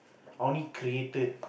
I only created